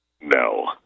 No